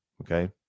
okay